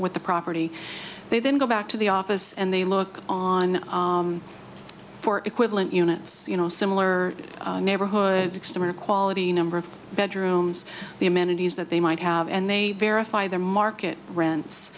with the property they then go back to the office and they look on for equivalent units you know similar neighborhood summer quality number of bedrooms the amenities that they might have and they verify their market rents